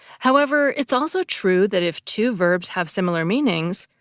however, it's also true that if two verbs have similar meanings,